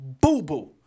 boo-boo